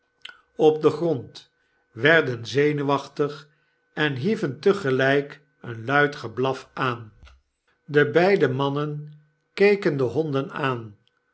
op den grond werden zenuwachtig en hieven tegelp een luid geblaf aan de beide mannen keken de honden aan